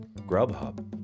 Grubhub